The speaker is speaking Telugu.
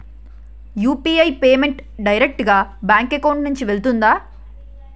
యు.పి.ఐ పేమెంట్ డైరెక్ట్ గా బ్యాంక్ అకౌంట్ నుంచి వెళ్తుందా?